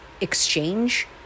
exchange